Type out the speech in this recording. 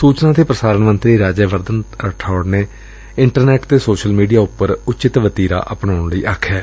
ਸੁਚਨਾ ਤੇ ਪ੍ਰਸਾਰਣ ਮੰਤਰੀ ਰਾਜਿਆਵਰਧਨ ਰਠੌੜ ਨੇ ਇੰਟਰਨੈੱਟ ਅਤੇ ਸੋਸ਼ਲ ਮੀਡੀਆ ਉਪਰ ਉਚਿਤ ਵਤੀਰਾ ਅਪਣਾਉਣ ਲਈ ਕਿਹੈ